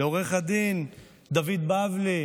לעו"ד דוד בבלי,